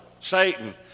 Satan